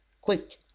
Quick